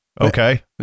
okay